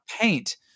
paint